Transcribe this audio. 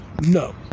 No